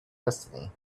destiny